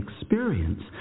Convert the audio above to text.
experience